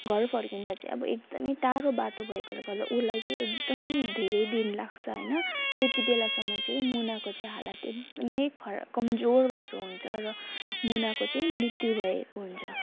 घर फर्किँदा चाहिँ अब एकदमै टाडो बाटो भएकोले गर्दा उसलाई चाहिँ एकदम धेरै दिन लाग्छ होइन त्यति बेलासम्म चाहिँ मुनाको चाहिँ हालत एकदमै खरा कमजोर भएको हुन्छ र मुनाको चाहिँ मृत्यु भएको हुन्छ